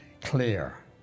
clear